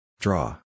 Draw